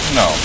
no